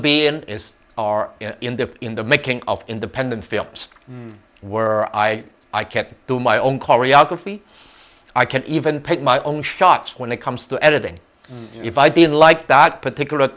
be in is are in the in the making of independent films were i i can't do my own choreography i can't even pick my own shots when it comes to editing if i didn't like that particular